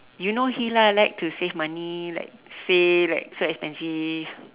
you know he lah like to save money like say like so expensive